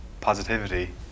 positivity